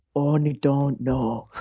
only don't know